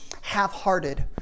half-hearted